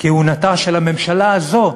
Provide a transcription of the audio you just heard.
כהונתה של הממשלה הזאת,